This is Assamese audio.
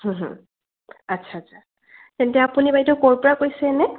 আচ্ছা আচ্ছা তেন্তে আপুনি বাইদেউ ক'ৰ পৰা কৈছে এনেই